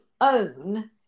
own